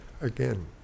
again